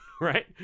right